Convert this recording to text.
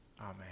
Amen